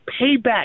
payback